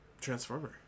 Transformer